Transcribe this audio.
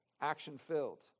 action-filled